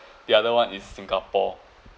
the other one is singapore